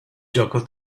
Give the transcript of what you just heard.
gioco